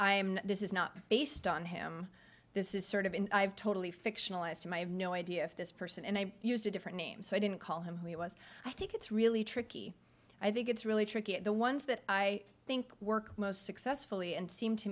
am this is not based on him this is sort of in i have totally fictionalized my have no idea if this person and i used a different name so i didn't call him who he was i think it's really tricky i think it's really tricky the ones that i think work most successfully and seem to